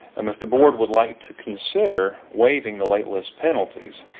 um if the board would like to consider waiving the whitelist penalties,